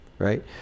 right